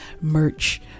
merch